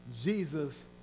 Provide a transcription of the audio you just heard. Jesus